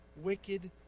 wicked